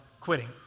quitting